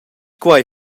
quei